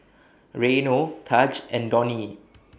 Reino Tahj and Donnie